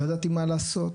לא ידעתי מה לעשות.